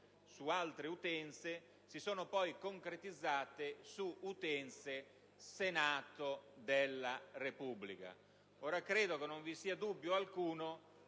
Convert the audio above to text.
su altre utenze, si sono poi concretizzate su utenze del Senato della Repubblica. Credo non vi sia dubbio alcuno